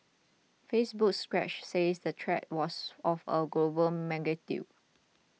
Facebook's Stretch said the threat was of a global magnitude